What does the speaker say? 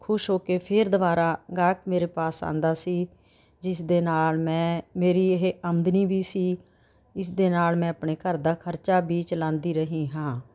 ਖੁਸ਼ ਹੋ ਕੇ ਫਿਰ ਦੁਬਾਰਾ ਗਾਹਕ ਮੇਰੇ ਪਾਸ ਆਉਂਦਾ ਸੀ ਜਿਸ ਦੇ ਨਾਲ ਮੈਂ ਮੇਰੀ ਇਹ ਆਮਦਨੀ ਵੀ ਸੀ ਇਸਦੇ ਨਾਲ ਮੈਂ ਆਪਣੇ ਘਰ ਦਾ ਖਰਚਾ ਵੀ ਚਲਾਉਂਦੀ ਰਹੀ ਹਾਂ